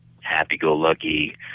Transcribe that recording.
happy-go-lucky